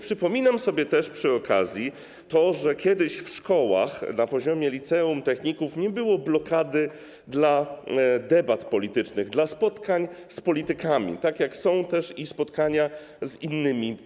Przypominam sobie też przy okazji, że kiedyś w szkołach na poziomie liceów, techników nie było blokady debat politycznych, spotkań z politykami - tak jak są spotkania z innymi.